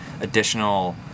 additional